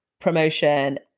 promotion